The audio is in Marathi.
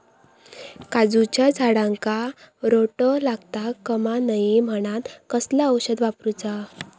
काजूच्या झाडांका रोटो लागता कमा नये म्हनान कसला औषध वापरूचा?